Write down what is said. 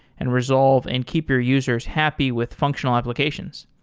and resolve, and keep your users happy with functional applications.